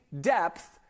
depth